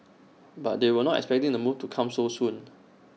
but they were not expecting the move to come so soon